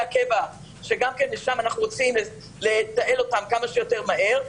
הקבע שגם כן לשם אנחנו רוצים לתעל אותם כמה שיותר מהר,